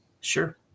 Sure